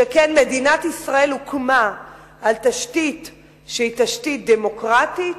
שכן מדינת ישראל הוקמה על תשתית שהיא תשתית דמוקרטית,